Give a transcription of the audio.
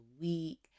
week